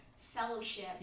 fellowship